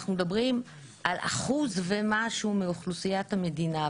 אנחנו מדברים על אחוז ומשהו מאוכלוסיית המדינה.